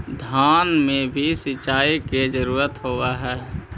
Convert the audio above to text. धान मे भी सिंचाई के जरूरत होब्हय?